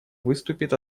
выступит